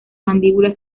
mandíbula